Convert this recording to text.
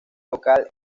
local